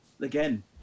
again